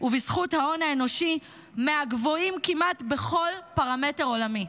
ובזכות ההון האנושי מהגבוהים כמעט בכל פרמטר עולמי.